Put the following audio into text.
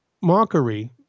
mockery